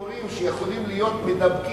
אלה תיאורים שיכולים להיות מידבקים,